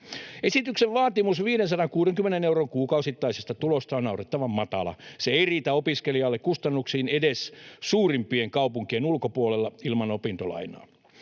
Esityksen vaatimus 560 euron kuukausittaisesta tulosta on naurettavan matala. Se ei riitä opiskelijalle kustannuksiin edes suurimpien kaupunkien ulkopuolella ilman opintolainaa.